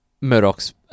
Murdoch's